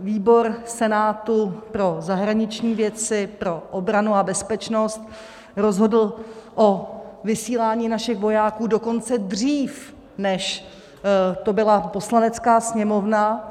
Výbor Senátu pro zahraniční věcí, pro obranu a bezpečnost rozhodl o vysílání našich vojáků dokonce dřív, než to byla Poslanecká sněmovna.